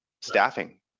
staffing